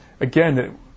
again